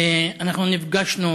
נפגשנו